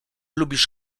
lubisz